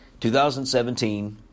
2017